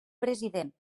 president